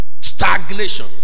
stagnation